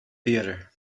theater